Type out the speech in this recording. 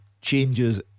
Changes